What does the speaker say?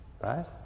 right